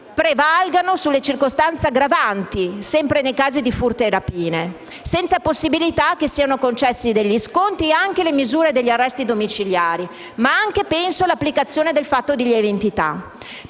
prevalgano sulle circostanze aggravanti (sempre nei casi di furti e rapine), senza la possibilità che siano concessi degli sconti o anche la misura degli arresti domiciliari o l'applicazione del fatto di lieve entità.